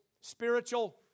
spiritual